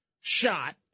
shot